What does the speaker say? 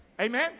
Amen